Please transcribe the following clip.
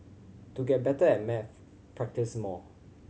to get better at maths practise more